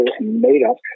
made-up